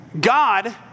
God